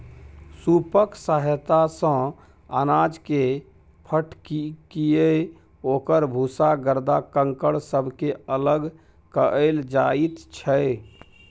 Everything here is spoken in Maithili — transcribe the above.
सूपक सहायता सँ अनाजकेँ फटकिकए ओकर भूसा गरदा कंकड़ सबके अलग कएल जाइत छै